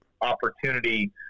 opportunity